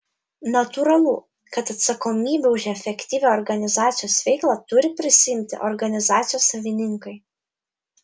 natūralu kad atsakomybę už efektyvią organizacijos veiklą turi prisiimti organizacijos savininkai